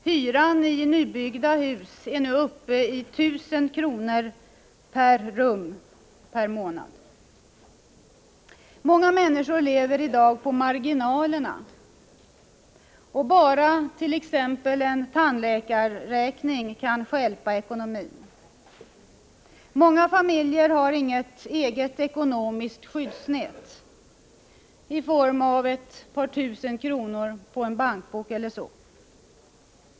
Hyran i nybyggda hus är nu uppe i 1 000 kr. i månaden per rum. Många människor lever i dag på marginalerna och bara t.ex. en tandläkarräkning kan stjälpa ekonomin. Många familjer har inget eget ekonomiskt skyddsnät i form av ett par tusen på en bankbok.